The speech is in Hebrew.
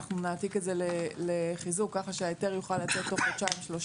נעתיק את זה לחיזוק כך שההיתר יוכל לצאת תוך חודשיים-שלושה.